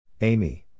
Amy